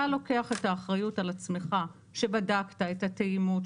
אתה לוקח את האחריות על עצמך שבדקת את התאימות,